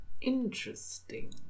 Interesting